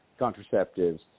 contraceptives